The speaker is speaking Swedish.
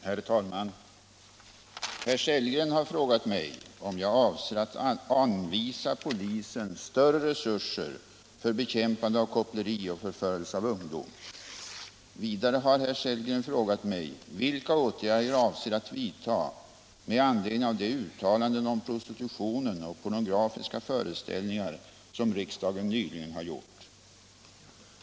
Herr talman! Herr Sellgren har frågat mig om jag avser att anvisa polisen större resurser för bekämpande av koppleri och förförelse av ungdom. Vidare har herr Sellgren frågat mig vilka åtgärder jag avser att vidta med anledning av de uttalanden om prostitutionen och pornografiska föreställningar som riksdagen nyligen har gjort.